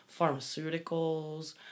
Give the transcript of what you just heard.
pharmaceuticals